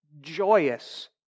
Joyous